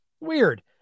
Weird